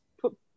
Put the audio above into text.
put